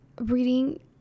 reading